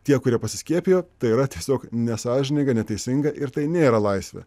tie kurie pasiskiepijo tai yra tiesiog nesąžininga neteisinga ir tai nėra laisvė